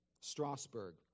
Strasbourg